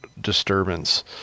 disturbance